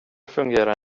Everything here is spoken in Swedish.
fungerar